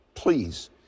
Please